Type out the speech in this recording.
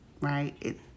Right